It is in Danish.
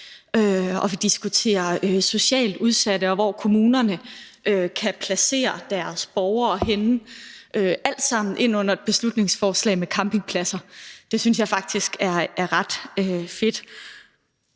vi diskuterer socialt udsatte, og hvor kommunerne kan placere deres borgere – alt sammen under et beslutningsforslag om campingpladser. Det synes jeg faktisk er ret fedt.